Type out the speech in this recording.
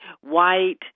white